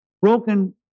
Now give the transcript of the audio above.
broken